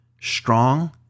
strong